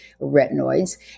retinoids